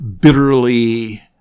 bitterly